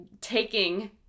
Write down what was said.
taking